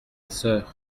sœur